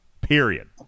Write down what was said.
Period